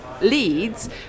leads